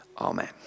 amen